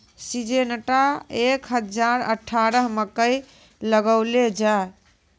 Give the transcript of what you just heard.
Syngenta एक हजार अठारह मकई लगैलो जाय?